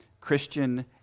Christian